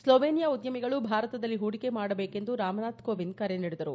ಸ್ನೋವೇನಿಯಾ ಉದ್ದಮಿಗಳು ಭಾರತದಲ್ಲಿ ಹೂಡಿಕೆ ಮಾಡಬೇಕು ಎಂದು ರಾಮನಾಥ ಕೋವಿಂದ್ ಕರೆ ನೀಡಿದರು